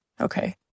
okay